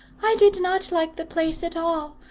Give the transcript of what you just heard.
i did not like the place at all,